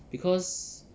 because